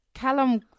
Callum